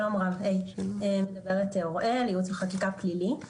שלום רב, אוראל, ייעוץ וחקיקה פלילי.